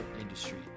industry